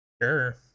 Sure